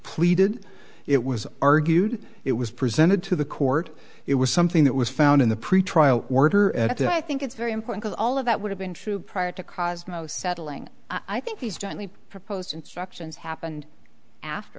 pleaded it was argued it was presented to the court it was something that was found in the pretrial order at the i think it's very important that all of that would have been true prior to cosmos settling i think these jointly proposed instructions happened after